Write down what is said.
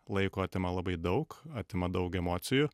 laiko atima labai daug atima daug emocijų